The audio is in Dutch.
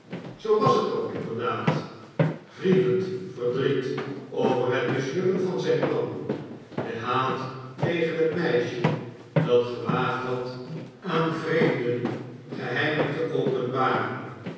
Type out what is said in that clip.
zoo was het ook inderdaad grievend verdriet over het mislukken van zijn plan de haat tegen het meisje dat gewaagd had aan vreemden geheimen te openbaren